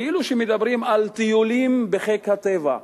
כאילו שמדברים על טיולים בחיק הטבע.